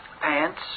pants